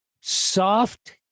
soft